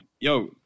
Yo